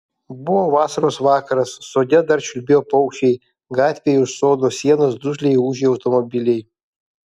buvo vasaros vakaras sode dar čiulbėjo paukščiai gatvėje už sodo sienos dusliai ūžė automobiliai